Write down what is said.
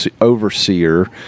overseer